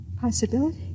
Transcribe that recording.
Possibility